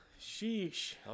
Sheesh